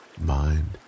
mind